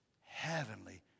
heavenly